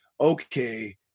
okay